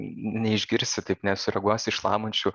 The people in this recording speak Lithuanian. neišgirsi taip nesureaguosi į šlamančių